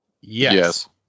yes